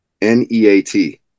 n-e-a-t